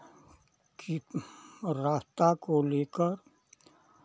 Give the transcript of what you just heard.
की रास्ता को लेकर